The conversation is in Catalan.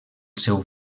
seu